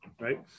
right